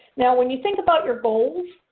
yeah when youth think about your goals,